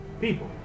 people